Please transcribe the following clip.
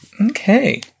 Okay